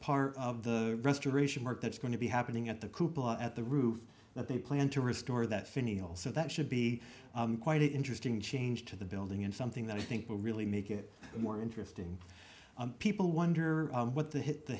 part of the restoration work that's going to be happening at the coupal at the roof that they plan to restore that finial so that should be quite an interesting change to the building and something that i think will really make it more interesting people wonder what the hit the